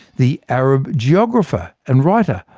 the arab geographer and writer,